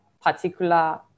particular